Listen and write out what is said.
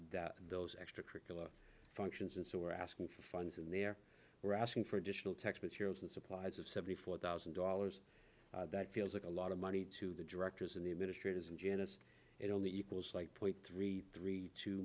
support those extra curricular functions and so we're asking for funds in there we're asking for additional tax materials and supplies of seventy four thousand dollars that feels like a lot of money to the directors and the administrators and janice it only equals like point three three to